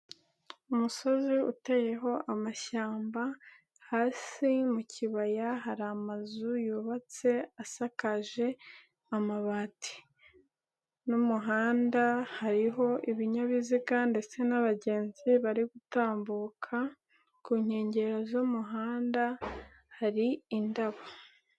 Umusozi uteyeho amashyamba hasi mu kibaya hari amazu yubatse asakaje amabati n'umuhanda, hariho ibinyabiziga ndetse n'abagenzi bari gutambuka, ku nkengero z'umuhanda hari indabo.